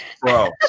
Bro